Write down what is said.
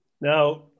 Now